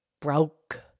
broke